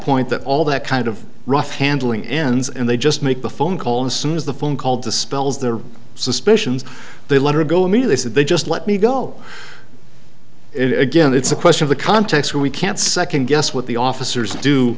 point that all that kind of rough handling ends and they just make the phone call as soon as the phone call dispels their suspicions they let her go i mean they said they just let me go it again it's a question of the context we can't second guess what the officers do